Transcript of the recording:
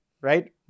right